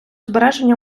збереження